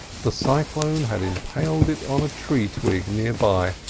the cyclone had impaled it on a tree-twig near by,